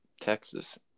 texas